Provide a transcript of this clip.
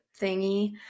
thingy